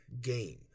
game